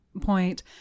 point